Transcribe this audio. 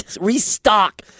restock